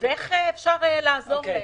איך אפשר לעזור להם?